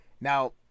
Now